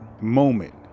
moment